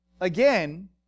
again